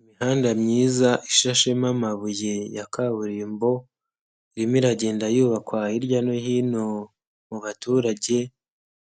Imihanda myiza ishashemo amabuye ya kaburimbo irimo iragenda yubakwa hirya no hino mu baturage